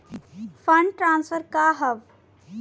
Fund transfer का हव?